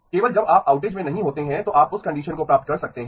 केवल जब आप आउटेज में नहीं होते हैं तो आप उस कंडीशन को प्राप्त कर सकते हैं